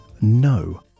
no